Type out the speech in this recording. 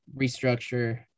restructure